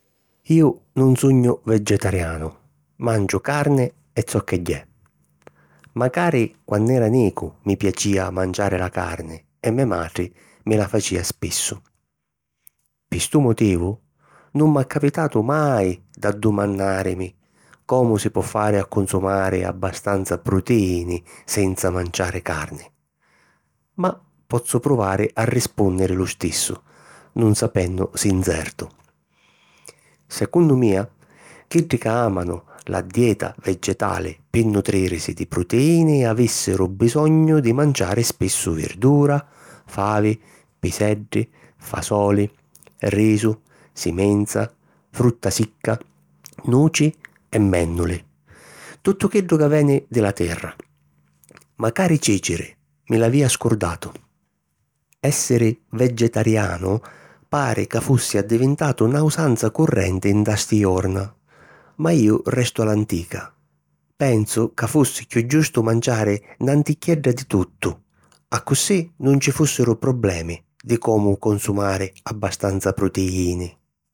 Ju nun sugnu vegetarianu; manciu carni e zocchegghiè. Macari quann'era nicu mi piacìa manciari la carni e me matri mi la facìa spissu. Pi stu motivu, nun m'ha capitatu mai d'addumannàrimi comu si po fari a cunsumari abbastanza prutiìni senza manciari carni. Ma pozzu pruvari a rispùnniri lu stissu, non sapennu si nzertu. Secunnu mia, chiddi ca àmanu la dieta vegetali pi nutrìrisi di prutiini avìssiru bisognu di manciari spissu virdura, favi, piseddi, fasoli, risu, simenza, frutta sicca, nuci e mènnuli; tuttu chiddu ca veni di la terra. Macari cìciri (mi l'avìa scurdatu). Essiri vegetarianu pari ca fussi addivintatu na usanza currenti nta sti jorna; ma iu restu a l'antica: pensu ca fussi chiù giustu manciari nanticchia di tuttu, accussì nun ci fùssiru problemi di comu cunsumari abbastanza prutiìni.